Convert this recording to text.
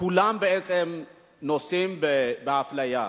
שכולם בעצם נושאים באפליה.